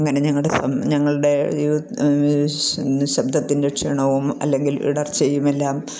അങ്ങനെ ഞങ്ങളുടെ ഞങ്ങളുടെ ശബ്ദത്തിൻ്റെ ക്ഷീണവും അല്ലെങ്കിൽ ഇടർച്ചയുമെല്ലാം